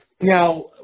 Now